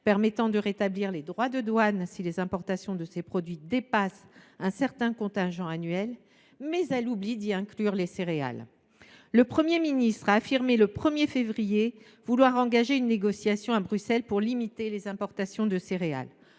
permettant de rétablir les droits de douane si les importations de ces produits dépassent un certain contingent annuel, mais elle oublie d’y inclure les céréales. Le Premier ministre a affirmé le 1 février vouloir engager une négociation à Bruxelles pour limiter les importations de céréales.